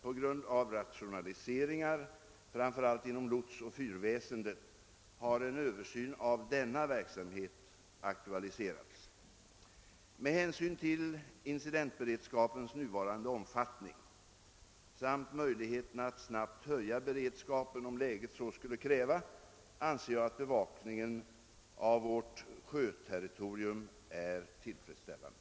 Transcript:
På grund av rationaliseringar framför allt inom lotsoch fyrväsendet har en översyn av denna verksamhet aktualiserats. Med hänsyn till incidentberedskapens nuvarande omfattning samt möjligheterna att snabbt höja beredskapen om läget så skulle kräva anser jag att bevakningen av vårt sjöterritorium är tillfredsställande.